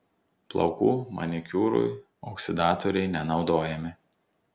plaukų manikiūrui oksidatoriai nenaudojami